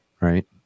right